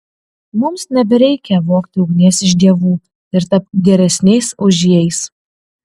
mums nebereikia vogti ugnies iš dievų ir tapti geresniais už jais